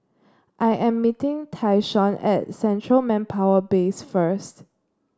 I am meeting Tyshawn at Central Manpower Base first